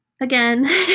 again